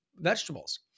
vegetables